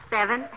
Seven